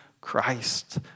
Christ